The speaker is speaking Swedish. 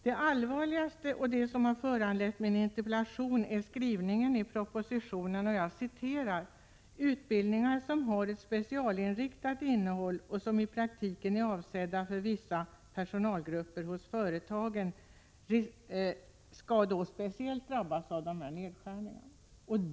Det allvarligaste, och det som föranlett min interpellation, är skrivningen i propositionen att ”utbildningar som har ett specialinriktat innehåll och som i praktiken är avsedda för vissa personalgrupper hos företagen” speciellt skall drabbas av nedskärningarna.